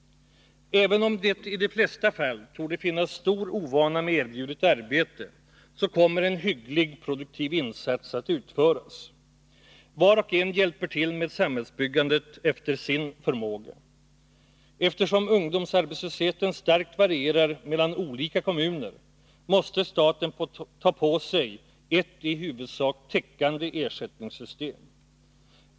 Även om ungdomarna i de flesta fall torde vara mycket ovana vid erbjudet arbete, så kommer en hygglig produktiv insats att göras. Var och en hjälper till med samhällsbyggandet efter sin förmåga. Eftersom ungdomsarbetslösheten starkt varierar mellan olika kommuner, måste staten ta på sig ansvaret för ett i huvudsak täckande ersättningssystem.